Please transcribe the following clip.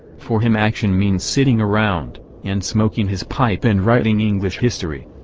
for him action means sitting around, and smoking his pipe and writing english history.